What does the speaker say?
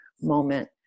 moment